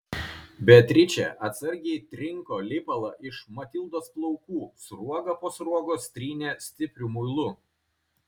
beatričė atsargiai trinko lipalą iš matildos plaukų sruogą po sruogos trynė stipriu muilu